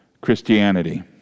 Christianity